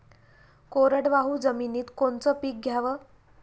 कोरडवाहू जमिनीत कोनचं पीक घ्याव?